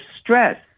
stress